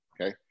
okay